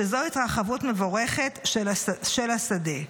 שזו התרחבות מבורכת של השדה.